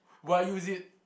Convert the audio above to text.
would I use it